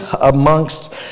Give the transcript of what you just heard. amongst